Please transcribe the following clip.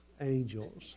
angels